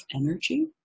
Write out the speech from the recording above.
energy